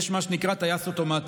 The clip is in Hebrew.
יש מה שנקרא טייס אוטומטי.